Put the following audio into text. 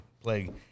plague